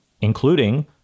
including